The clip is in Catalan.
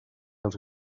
els